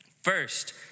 First